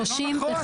זה לא נכון.